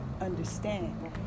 understand